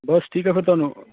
ਬਸ ਠੀਕ ਹੈ ਫਿਰ ਤੁਹਾਨੂੰ